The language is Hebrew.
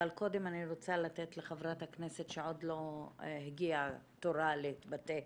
אבל קודם אני רוצה לתת לחברת הכנסת שעוד לא הגיע תורה להתבטא.